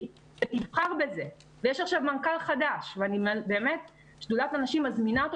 ותבחר בזה ויש עכשיו מנכ"ל חדש ובאמת שדולת הנשים מזמינה אותו